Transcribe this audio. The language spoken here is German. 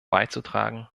beizutragen